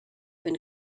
been